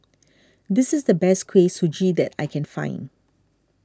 this is the best Kuih Suji that I can find